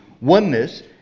oneness